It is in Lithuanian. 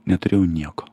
neturėjau nieko